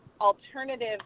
alternative